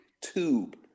tube